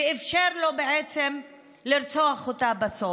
ובעצם אפשר לו לרצוח אותה בסוף.